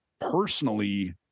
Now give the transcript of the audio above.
personally